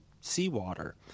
seawater